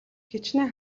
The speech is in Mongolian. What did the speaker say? хэчнээн